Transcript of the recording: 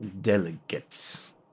delegates